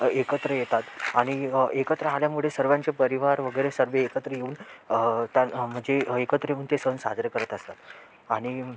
एकत्र येतात आणि एकत्र आल्यामुळे सर्वांचे परिवार वगैरे सर्व एकत्र येऊन त्या म्हणजे एकत्र येऊन ते सण साजरे करत असतात आणि